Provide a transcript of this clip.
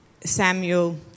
Samuel